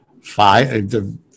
five